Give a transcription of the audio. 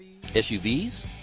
SUVs